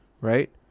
Right